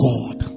God